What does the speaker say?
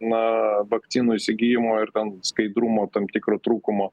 na vakcinų įsigijimo ir ten skaidrumo tam tikro trūkumo